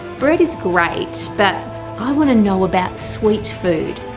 bread is great but i want to know about sweet food.